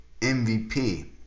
MVP